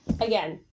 again